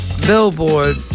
billboard